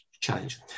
challenge